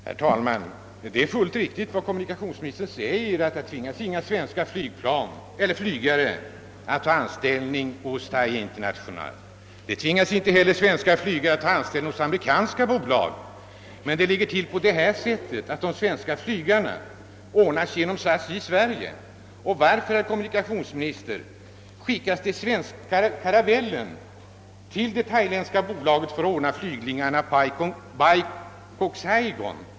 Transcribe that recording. Herr talman! Det är fullt riktigt, såsom kommunikationsministern säger, att inga svenska flygare tvingas ta anställning hos Thai International. Inte heller tvingas några svenska flygare att ta anställning hos amerikanska bolag. Men de svenska flygarna förmedlas dock genom SAS i Sverige. Och varför, herr kommunikationsminister, skickas svenska caravelleplan till det thailändska bolaget för att ordna flygningarna på linjen Bangkok—Saigon?